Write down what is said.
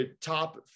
top